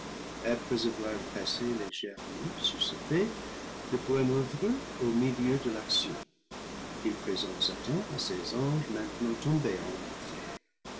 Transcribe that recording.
après avoir passé légèrement sur ce fait le poëme ouvre au milieu de l'action il présente satan et ses anges maintenant tombés en enfer